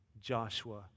Joshua